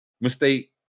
mistake